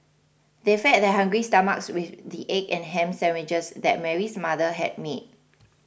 they fed their hungry stomachs with the egg and ham sandwiches that Mary's mother had made